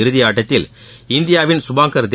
இறுதியாட்டத்தில் இந்தியாவின் சுபாங்கர் தே